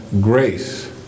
grace